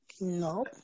No